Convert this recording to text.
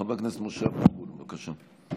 חבר הכנסת משה אבוטבול, בבקשה.